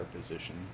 position